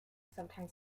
sometimes